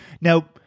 now